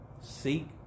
seek